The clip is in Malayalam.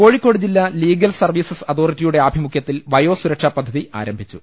കോഴിക്കോട് ജില്ല ലീഗൽ സർവീസസ് അതോറിറ്റിയുടെ ആഭി മുഖ്യത്തിൽ വയോസുരക്ഷ പദ്ധതി ആരംഭിച്ചു